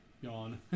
yawn